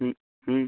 हं हं